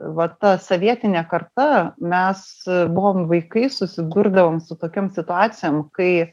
va ta sovietinė karta mes buvom vaikai susidurdavom su tokiom situacijom kai